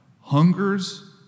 hungers